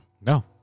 no